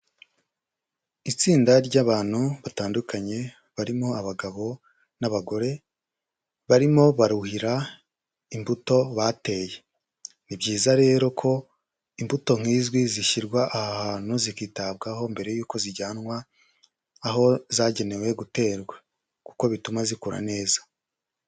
Itsinda ry'abantu batandukanye barimo abagabo n'abagore, barimo baruhira imbuto bateye. Ni byiza rero ko imbuto nk'izwi zishyirwa aha hantu zikitabwaho mbere y'uko zijyanwa aho zagenewe guterwa kuko bituma zikura neza.